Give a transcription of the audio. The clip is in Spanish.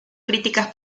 críticas